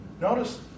Notice